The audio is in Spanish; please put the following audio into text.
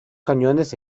cañones